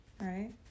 right